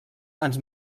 ens